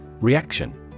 Reaction